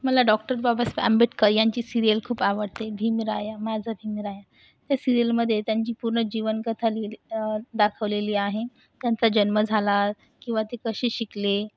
मला डॉक्टर बाबासाहेब आंबेडकर यांची सीरिअल खूप आवडते भीमराया माझा भीमराया त्या सीरिअलमध्ये त्यांची पूर्ण जीवनकथा लिहिली दाखवलेली आहे त्यांचा जन्म झाला किंवा ते कसे शिकले